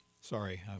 Sorry